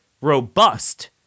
robust